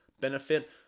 benefit